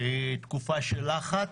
תקופה של לחץ.